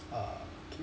err